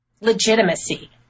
legitimacy